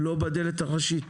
לא בדלת הראשית.